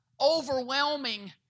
overwhelming